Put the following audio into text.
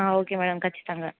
okay madam ఖచ్చితంగా